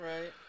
right